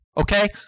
Okay